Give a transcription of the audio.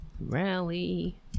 rally